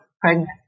pregnant